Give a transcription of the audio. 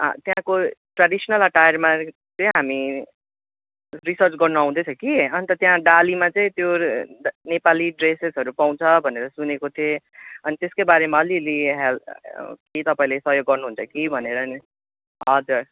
त्यहाँको ट्रेडिसनल अटायरमा चाहिँ हामी रिसर्च गर्न आउँदै थियौँ कि अन्त त्यहाँ डालीमा चाहिँ त्यो नेपाली ड्रसेसहरू पाउँछ भनेर सुनेको थिएँ अनि त्यसकै बारेमा अलि अलि हेल्प के तपाईँले सहयोग गर्नु हुन्छ कि भनेर नि हजुर